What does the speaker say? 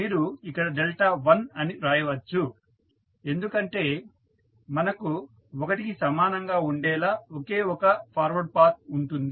మీరు ఇక్కడ డెల్టా 1 అని రాయవచ్చు ఎందుకంటే మనకు ఒకటికి సమానం గా ఉండేలా ఒకే ఒక ఫార్వర్డ్ పాత్ ఉంటుంది